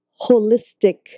holistic